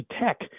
tech